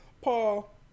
Paul